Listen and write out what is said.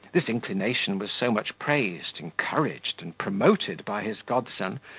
this inclination was so much praised, encouraged, and promoted by his godson,